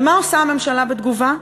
ומה עשתה הממשלה בתגובה?